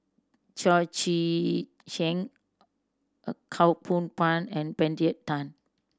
Cheo Chai Hiang Khaw Boon Wan and Benedict Tan